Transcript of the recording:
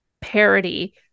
parody